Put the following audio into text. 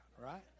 right